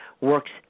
works